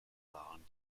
waren